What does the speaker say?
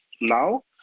now